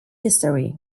history